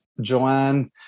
joanne